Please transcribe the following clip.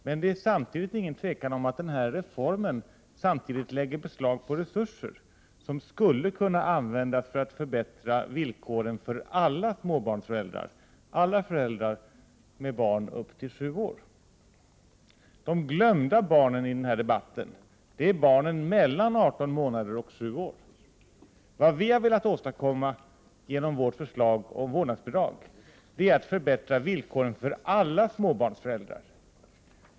Men det är heller ingen tvekan om att den här reformen samtidigt lägger beslag på resurser som skulle kunna användas för att förbättra villkoren för alla småbarnsföräldrar, alla föräldrar med barn upp till sju år. De glömda barnen i den här debatten är barnen mellan 18 månader och sju år. Vad vi har velat åstadkomma genom vårt förslag om vårdnadsbidrag är att förbättra villkoren för alla småbarnsföräldrar.